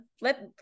let